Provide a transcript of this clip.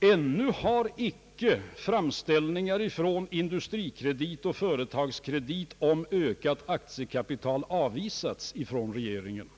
ännu har inga framställningar från Industrikredit och Företagskredit om ökat aktiekapital avvisats av regeringen.